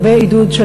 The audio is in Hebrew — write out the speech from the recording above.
הרבה עידוד של,